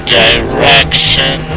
direction